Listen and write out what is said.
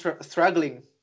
struggling